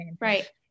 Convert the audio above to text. right